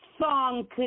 song